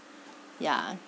ya